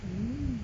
mm